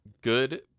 Good